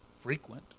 frequent